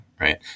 right